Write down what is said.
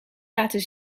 laten